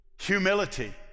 humility